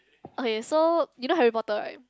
okay so you know Harry-Potter right